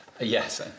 Yes